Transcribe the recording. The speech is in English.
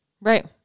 right